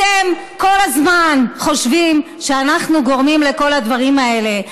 אתם כל הזמן חושבים שאנחנו גורמים לכל הדברים האלה,